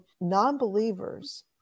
non-believers